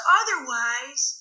otherwise